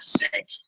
sick